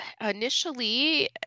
initially